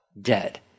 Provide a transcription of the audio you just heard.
dead